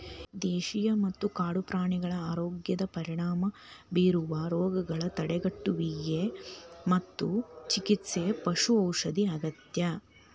ದೇಶೇಯ ಮತ್ತ ಕಾಡು ಪ್ರಾಣಿಗಳ ಆರೋಗ್ಯದ ಪರಿಣಾಮ ಬೇರುವ ರೋಗಗಳ ತಡೆಗಟ್ಟುವಿಗೆ ಮತ್ತು ಚಿಕಿತ್ಸೆಗೆ ಪಶು ಔಷಧ ಅಗತ್ಯ